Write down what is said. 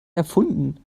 erfunden